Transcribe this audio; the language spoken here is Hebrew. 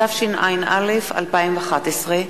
התשע”א 2011,